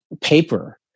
paper